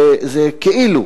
זה כאילו.